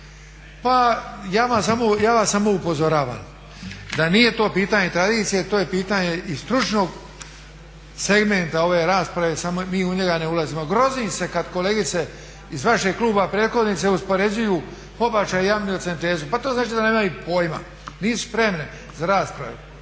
Pa ja vas samo upozoravam da nije to pitanje tradicije to je pitanje i stručnog segmenta ove rasprave samo mi u njega ne ulazimo. Grozim se kad kolegice iz vašeg kluba prethodnice uspoređuju pobađaj i amniocentezu. Pa to znači da nemaju pojma, nisu spremne za rasprave.